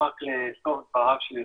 יוסף.